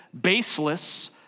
baseless